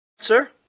Sir